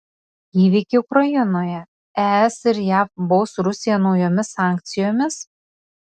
įvykiai ukrainoje es ir jav baus rusiją naujomis sankcijomis